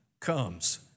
comes